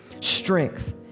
strength